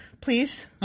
please